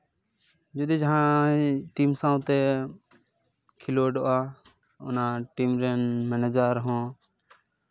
ᱡᱩᱫᱤ ᱡᱟᱦᱟᱸᱭ ᱴᱤᱢ ᱥᱟᱶᱛᱮ ᱠᱷᱮᱞᱳᱰᱚᱜᱼᱟ ᱚᱱᱟ ᱴᱤᱢ ᱨᱮᱱ ᱢᱮᱱᱮᱡᱟᱨ ᱦᱚᱸ